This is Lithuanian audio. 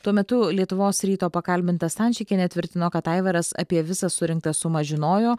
tuo metu lietuvos ryto pakalbinta stančikiene tvirtino kad aivaras apie visą surinktą sumą žinojo